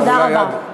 תודה רבה.